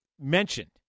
mentioned